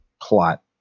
plot